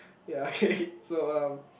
ya okay so um